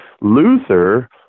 Luther